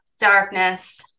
darkness